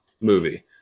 movie